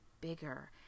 bigger